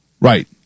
Right